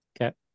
Okay